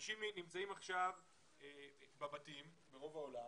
אנשים נמצאים עכשיו בבתים, ברוב העולם,